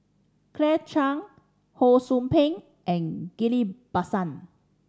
Claire Chiang Ho Sou Ping and Ghillie Basan